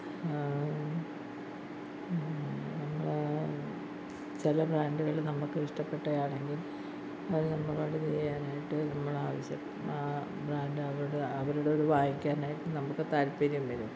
നമ്മൾ ചില ബ്രാൻഡുകൾ നമുക്ക് ഇഷ്ടപ്പെട്ടതാണെങ്കിൽ അത് നമ്മളോട് ഇത് ചെയ്യാനായിട്ട് നമ്മൾ ആവശ്യപ്പെടും ആ ബ്രാൻഡ് അവരുടെ അവരുടെ അത് വാങ്ങിക്കാനായിട്ട് നമുക്ക് താല്പര്യം വരും